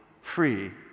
free